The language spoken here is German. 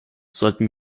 sollten